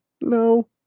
no